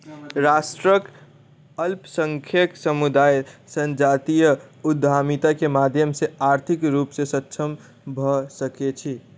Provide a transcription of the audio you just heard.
राष्ट्रक अल्पसंख्यक समुदाय संजातीय उद्यमिता के माध्यम सॅ आर्थिक रूप सॅ सक्षम भ सकै छै